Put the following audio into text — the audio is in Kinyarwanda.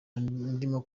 ndimo